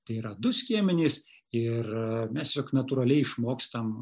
tai yra du skiemenys ir mes juk natūraliai išmokstam